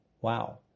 Wow